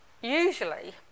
Usually